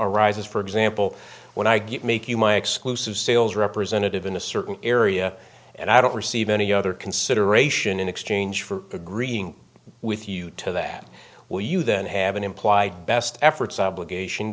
arises for example when i get make you my exclusive sales representative in a certain area and i don't receive any other consideration in exchange for agreeing with you to that will you then have an implied best efforts obligation